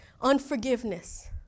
unforgiveness